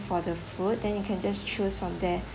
for the food then you can just choose from there